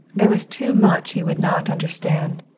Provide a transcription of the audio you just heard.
there was too much he would not understand.